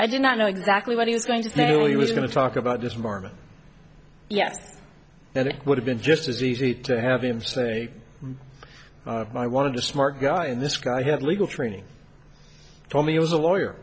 i did not know exactly what he was going to say well he was going to talk about this morning yes that it would have been just as easy to have him say i wanted a smart guy and this guy had legal training told me it was a lawyer